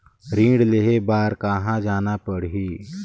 ऋण लेहे बार कहा जाना पड़ही?